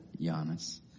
Giannis